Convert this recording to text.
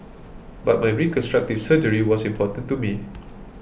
but my reconstructive surgery was important to me